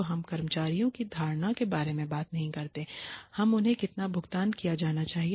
तो हम कर्मचारियों की धारणा के बारे में बात नहीं कर रहे हैं कि उन्हें कितना भुगतान किया जाना चाहिए